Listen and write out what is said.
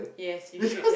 yes you should have